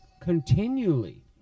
continually